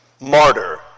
martyr